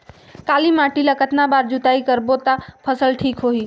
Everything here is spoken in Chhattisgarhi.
काली माटी ला कतना बार जुताई करबो ता फसल ठीक होती?